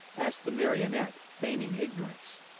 asked the marionette, feigning ignorance.